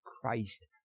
Christ